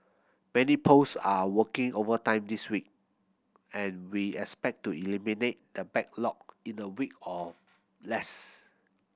many posts are working overtime this week and we expect to eliminate the backlog in a week or less